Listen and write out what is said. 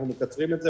אנחנו מטפלים בזה,